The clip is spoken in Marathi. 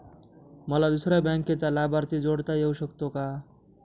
मला दुसऱ्या बँकेचा लाभार्थी जोडता येऊ शकतो का?